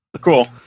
cool